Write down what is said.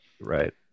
Right